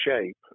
shape